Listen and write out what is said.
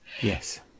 Yes